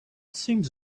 seems